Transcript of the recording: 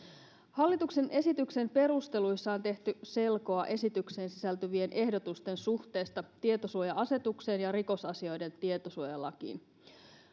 hallituksen esityksen perusteluissa on tehty selkoa esitykseen sisältyvien ehdotusten suhteesta tietosuoja asetukseen ja rikosasioiden tietosuojalakiin